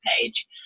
page